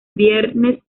viernes